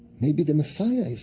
maybe the messiah is